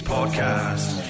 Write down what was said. Podcast